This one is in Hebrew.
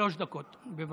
שלוש דקות, בבקשה.